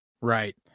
Right